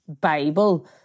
Bible